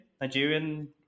Nigerian